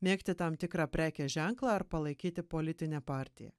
mėgti tam tikrą prekės ženklą ar palaikyti politinę partiją